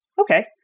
okay